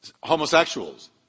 homosexuals